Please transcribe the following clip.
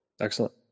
Excellent